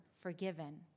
forgiven